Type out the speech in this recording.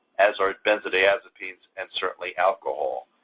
as are benzodiazepines and certainly alcohol.